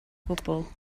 gwbl